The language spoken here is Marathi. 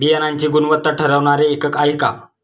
बियाणांची गुणवत्ता ठरवणारे एकक आहे का?